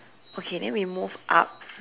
okay then we move up